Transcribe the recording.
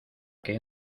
que